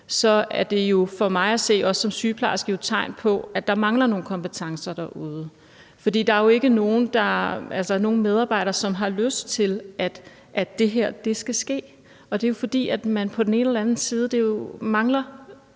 så er det for mig at se, også som sygeplejerske, et tegn på, at der mangler nogle kompetencer derude. For der er jo ikke nogen medarbejdere, som har lyst til, at det her skal ske. Det sker, fordi man på den ene eller den anden måde mangler